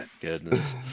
Goodness